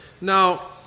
Now